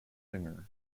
singer